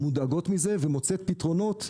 מודאגות מזה ומוצאות פתרונות.